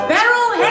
Beryl